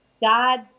God